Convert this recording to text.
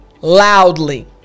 loudly